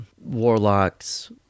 warlocks